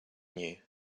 you